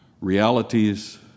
realities